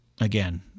Again